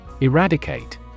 Eradicate